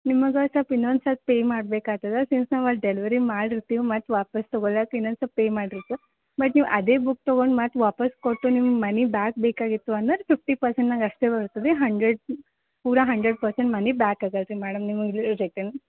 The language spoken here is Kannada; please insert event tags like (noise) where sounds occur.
ನಿಮಗೆ ಸಲ್ಪ್ ಇನ್ನೊಂದು ಸಲ್ಪ್ ಪೇ ಮಾಡಬೇಕಾಗ್ತದೆ ಸಿನ್ಸ್ ನಾವು ಅಲ್ಲಿ ಡೆಲಿವರಿ ಮಾಡಿರ್ತಿವಿ ಮತ್ತು ವಾಪಸ್ ತಗೋಳಕ್ಕೆ ಇನ್ನೊಂದು ಸಲ್ಪ್ ಪೇ ಮಾಡಿರ್ತೀವಿ ಬಟ್ ನೀವು ಅದೇ ಬುಕ್ ತಗೊಂಡು ಮತ್ತೆ ವಾಪಸ್ ಕೊಟ್ಟು ನಿಮ್ಗೆ ಮನಿ ಬ್ಯಾಕ್ ಬೇಕಾಗಿತ್ತು ಅಂದ್ರೆ ಫಿಫ್ಟಿ ಪರ್ಸೆಂಟ್ನಾಗ ಅಷ್ಟೆ ಬರ್ತದೆ ಹಂಡ್ರೆಡ್ ಪೂರ ಹಂಡ್ರೆಡ್ ಪರ್ಸೆಂಟ್ ಮನಿ ಬ್ಯಾಕ್ ಆಗಲ್ಲ ರೀ ಮೇಡಮ್ ನಿಮಗೆ (unintelligible)